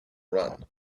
run